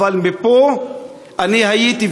אבל פה אני הייתי,